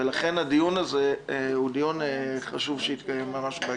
לכן הדיון הזה חשוב שיתקיים ממש בהקדם.